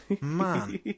man